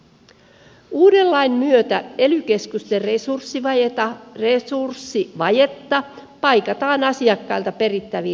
uuden lain myötä ely keskusten resurssivajetta paikataan asiakkailta perittävin valvontamaksuin